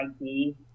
ID